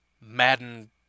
Madden